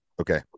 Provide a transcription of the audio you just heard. Okay